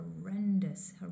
horrendous